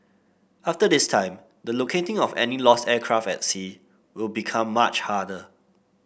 after this time the locating of any lost aircraft at sea will become much harder